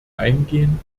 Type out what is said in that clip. eingehen